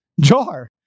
jar